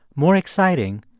more exciting,